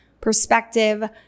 perspective